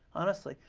honestly.